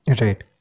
Right